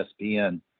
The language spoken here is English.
ESPN